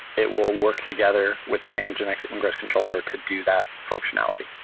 it will work together with the nginx ingress controller to do that functionality,